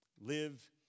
live